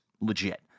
legit